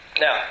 Now